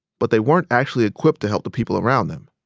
but they weren't actually equipped to help the people around them.